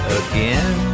again